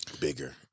bigger